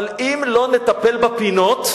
אבל אם לא נטפל בפינות,